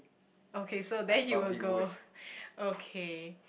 okay so then you will go okay